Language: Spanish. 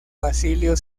basilio